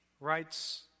writes